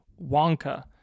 Wonka